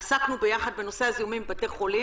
עסקנו יחד בנושא הזיהומים בבתי החולים,